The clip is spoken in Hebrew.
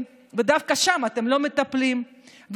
בתוך היישובים אנשים מסתובבים חופשי.